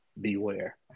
beware